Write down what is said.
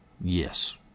yes